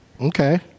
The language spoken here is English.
Okay